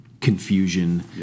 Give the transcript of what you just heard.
confusion